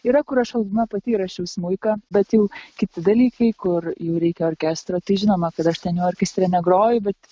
yra kur aš albume pati įrašiau smuiką bet jau kiti dalykai kur jau reikia orkestro tai žinoma kad aš ten jau orkestre negroju bet